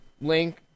link